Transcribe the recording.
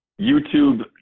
YouTube